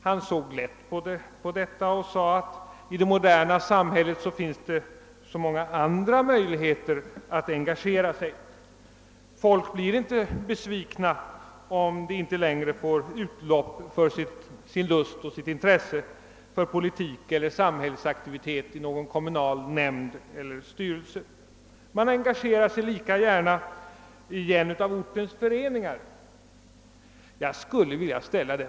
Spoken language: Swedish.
Han tog lätt på detta och sade, att i det moderna samhället finns det så många andra möjligheter att engagera sig. Människorna blir inte besvikna om de inte längre får utlopp för sin lust och sitt intresse för politik eller annan samhällsaktivitet i någon kommunal nämnd eller styrelse — man engagerar sig lika gärna i en av ortens föreningar, menade herr Johansson i Trollhättan.